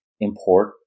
import